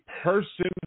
person